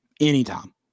Anytime